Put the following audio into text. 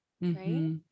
Right